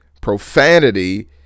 Profanity